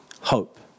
hope